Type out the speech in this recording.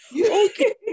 Okay